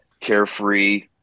carefree